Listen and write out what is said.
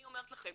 אני אומרת לכם,